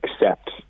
accept